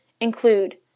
include